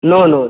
no no